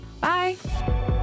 bye